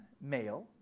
male